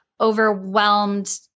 overwhelmed